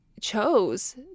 chose